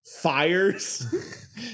fires